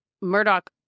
Murdoch